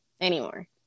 anymore